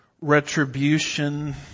Retribution